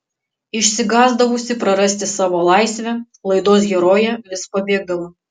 išsigąsdavusi prarasti savo laisvę laidos herojė vis pabėgdavo